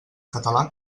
català